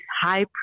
high